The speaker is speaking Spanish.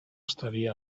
estaría